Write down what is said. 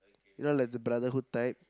you know like the brotherhood type